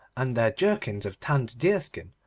and their jerkins of tanned deerskin,